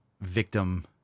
victim